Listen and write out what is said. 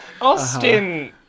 Austin